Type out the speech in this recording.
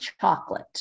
chocolate